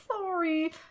sorry